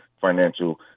financial